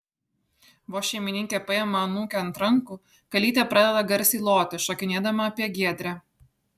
vos šeimininkė paima anūkę ant rankų kalytė pradeda garsiai loti šokinėdama apie giedrę